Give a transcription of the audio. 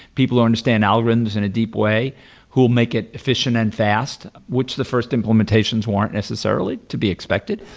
people who understand algorithms in a deep way who will make it efficient and fast, which the first implementations weren't necessarily to be expected.